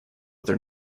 their